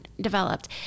developed